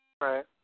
Right